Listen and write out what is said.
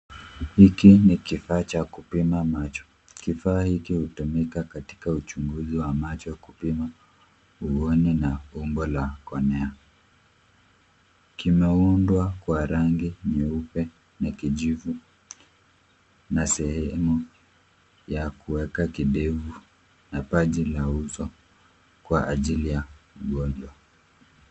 Hiki ni kifaa cha kupima macho. Kifaa hiki hutumika katika uchunguzi wamacho kupima uone na umbo la kuonea. Kimeundwa kwa rangi nyeupe na kijivu na sehemu ya kuweka kidefu na paji la uso kwa ajili ya mngojwa.